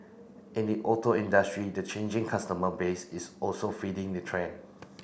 in the auto industry the changing customer base is also feeding the trend